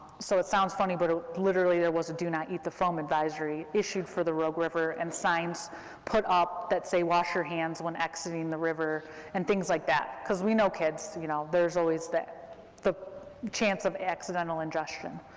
so it sounds funny, but literally, there was a do not eat the foam advisory issued for the rogue river, and signs put up that say, wash your hands when exiting the river and things like that, cause we know kids, you know, there's always the chance of accidental ingestion.